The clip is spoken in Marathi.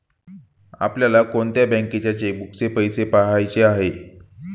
आपल्याला कोणत्या बँकेच्या चेकबुकचे पैसे पहायचे आहे?